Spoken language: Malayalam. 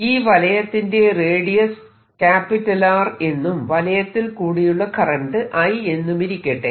ഈവലയത്തിന്റെ റേഡിയസ് R എന്നും വലയത്തിൽ കൂടിയുള്ള കറന്റ് I എന്നുമിരിക്കട്ടെ